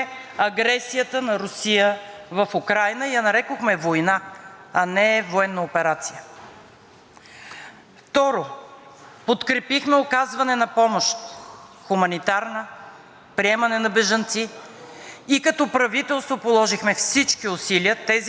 Второ, подкрепихме оказване на помощ – хуманитарна, приемане на бежанци и като правителство положихме всички усилия тези бежанци да бъдат приети и да им бъде оказана човешка, хуманитарна, гостоприемна, всякаква подкрепа,